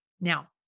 Now